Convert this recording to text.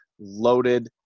loaded